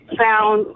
found